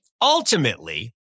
Ultimately